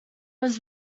was